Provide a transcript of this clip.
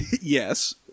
Yes